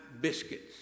biscuits